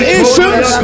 issues